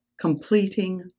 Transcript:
Completing